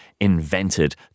invented